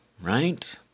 right